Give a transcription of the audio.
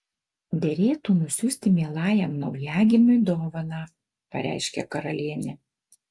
derėtų nusiųsti mielajam naujagimiui dovaną pareiškė karalienė